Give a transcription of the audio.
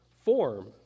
form